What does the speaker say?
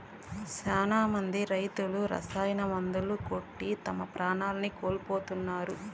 శ్యానా మంది రైతులు రసాయన మందులు కొట్టి తమ ప్రాణాల్ని కోల్పోతున్నారు